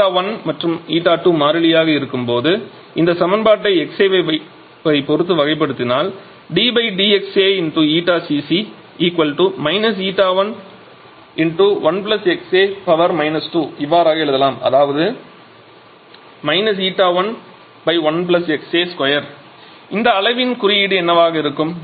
η1 மற்றும் η2 மாறிலியாக இருக்கும் போது இந்த சமன்பாட்டை xA வை பொறுத்து வகைபடுத்தினால் ddxA𝜂cc 𝜂11xA 2 இவ்வாறாக எழுதலாம் அதாவது 𝜂11xA2 இந்த அளவின் குறியீடு என்னவாக இருக்கும்